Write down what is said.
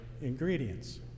ingredients